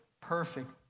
perfect